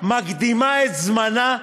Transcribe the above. מקדימה את זמנה.